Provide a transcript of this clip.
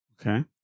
Okay